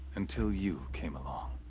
until you came along.